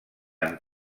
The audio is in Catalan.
amb